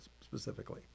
specifically